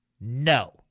No